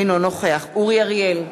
אינו נוכח אורי אריאל,